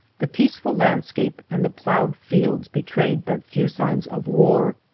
the peaceful landscape and the ploughed fields betrayed but few signs of war,